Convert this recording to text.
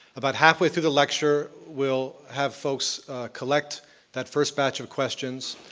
about halfway through the lecture, we'll have folks collect that first batch of questions.